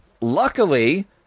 Luckily